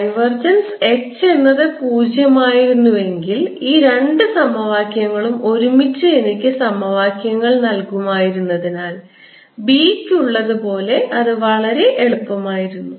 divergence H എന്നത് പൂജ്യമായിരുന്നുവെങ്കിൽ ഈ രണ്ട് സമവാക്യങ്ങളും ഒരുമിച്ച് എനിക്ക് സമവാക്യങ്ങൾ നൽകുമായിരുന്നതിനാൽ B ക്ക് ഉള്ളതുപോലെ അത് വളരെ എളുപ്പമായിരുന്നു